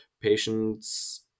patients